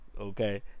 Okay